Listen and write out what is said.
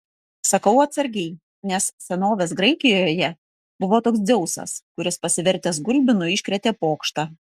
sakau atsargiai nes senovės graikijoje buvo toks dzeusas kuris pasivertęs gulbinu iškrėtė pokštą